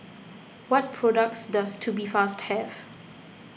what products does Tubifast have